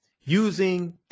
using